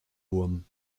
wurm